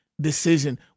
decision